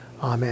amen